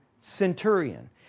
centurion